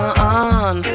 on